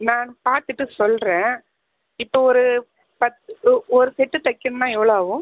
நான் பார்த்துட்டு சொல்கிறேன் இப்போ ஒரு பத்து ஒ ஒரு செட்டு தைக்கணும்னா எவ்வளோ ஆகும்